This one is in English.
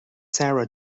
sarah